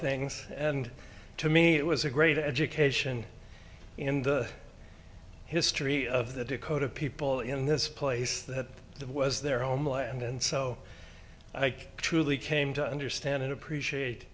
things and to me it was a great education in the history of the dakota people in this place that was their homeland and so i think truly came to understand and appreciate